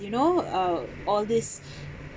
you know uh all these